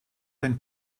dein